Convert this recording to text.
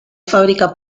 fábrica